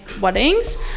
weddings